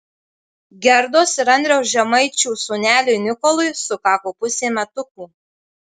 gerdos ir andriaus žemaičių sūneliui nikolui sukako pusė metukų